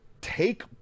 take